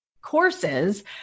courses